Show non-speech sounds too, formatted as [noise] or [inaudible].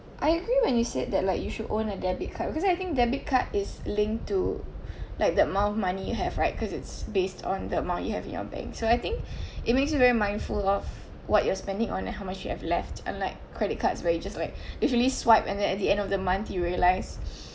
I agree when you said that like you should own a debit card because I think debit card is linked to like the amount of money you have right because it's based on the amount you have in your bank so I think [breath] it makes you very mindful of what you're spending on and how much you have left unlike credit cards where you just like usually swipe and then at the end of the month you realise [breath]